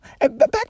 Back